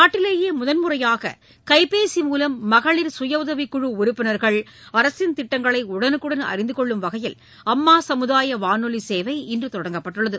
நாட்டிலேயேமுதன்முறையாககைப்பேசி மூலம் மகளிர் கபஉதவிக் குழு உறுப்பினர்கள் அரசின் திட்டங்களைஉடவுக்குடன் அறிந்துக்கொள்ளும் வகையில் அம்மாசமுதாயவானொலிசேவை இன்றதொடங்கப்பட்டுள்ளது